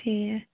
ٹھیٖک